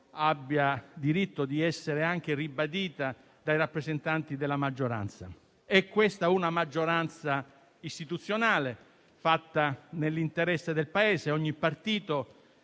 abbia diritto di essere ribadita dai rappresentanti della maggioranza. È questa una maggioranza istituzionale, fatta nell'interesse del Paese; ogni partito